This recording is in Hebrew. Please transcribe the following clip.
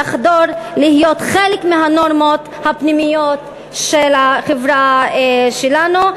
חוק זה יחדור להיות חלק מהנורמות הפנימיות של החברה שלנו.